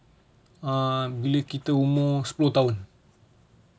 um bila kita umur sepuluh tahun